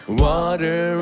water